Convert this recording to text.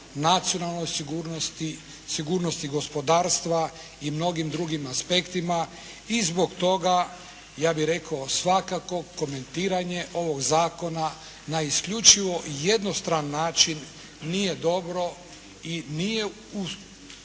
nacionalnoj sigurnosti, sigurnosti gospodarstva i mnogim drugim aspektima i zbog toga ja bih rekao svakako komentiranje ovog Zakona na isključivo jednostran način nije dobro i nije u